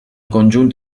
conjunt